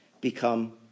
Become